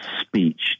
speech